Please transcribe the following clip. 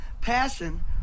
Passion